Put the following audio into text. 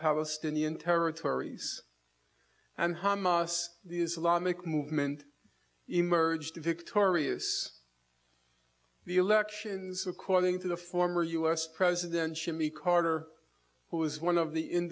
palestinian territories and hamas the islamic movement emerged victorious the elections according to the former us presidential me carter who is one of the in